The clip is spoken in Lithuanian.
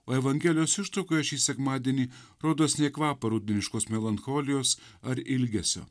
o evangelijos ištraukoje šį sekmadienį rodos nė kvapo rudeniškos melancholijos ar ilgesio